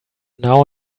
now